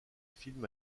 film